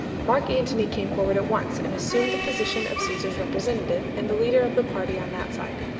mark antony came forward at once, and assumed the position of caesar's representative and the leader of the party on that side.